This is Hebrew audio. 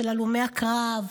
של הלומי הקרב,